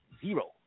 Zero